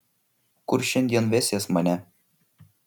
kur šiandien vesies mane